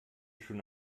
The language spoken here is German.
schon